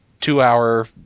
two-hour